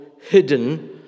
hidden